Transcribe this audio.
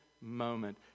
moment